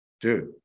dude